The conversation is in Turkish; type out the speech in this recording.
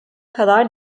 kadar